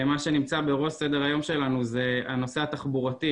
מה שנמצא בראש סדר היום שלנו זה הנושא התחבורתי.